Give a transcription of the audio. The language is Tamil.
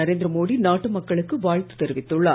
நரேந்திர மோடி நாட்டு மக்களுக்கு வாழ்த்து தெரிவித்துள்ளார்